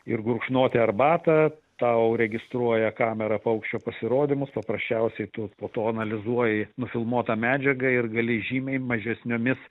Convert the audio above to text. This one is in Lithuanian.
ir gurkšnoti arbatą tau registruoja kamera paukščio pasirodymus paprasčiausiai tu po to analizuoji nufilmuotą medžiagą ir gali žymiai mažesnėmis